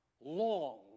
long